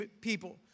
people